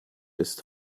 ist